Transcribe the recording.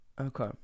okay